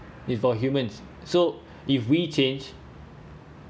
if for humans so if we change